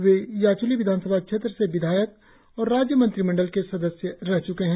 वे याच्ली विधानसभा क्षेत्र से विधायक और राज्य मंत्रिमंडल के सदस्य रह च्के है